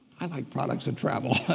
i like products that travel.